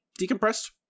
decompressed